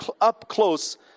up-close